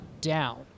down